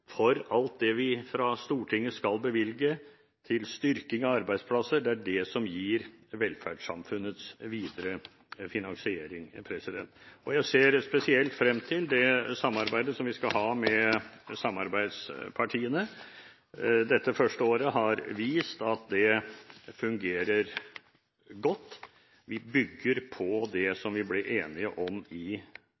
for alt det vi fra Stortinget skal bevilge til styrking av arbeidsplasser. Det er dette som gir velferdssamfunnets videre finansiering. Jeg ser spesielt frem til det samarbeidet som vi skal ha med samarbeidspartiene. Dette første året har vist at det fungerer godt. Vi bygger på det